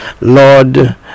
Lord